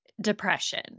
depression